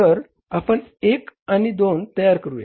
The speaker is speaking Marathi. तर आपण एक आणि दोन तयार करूया